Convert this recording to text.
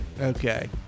Okay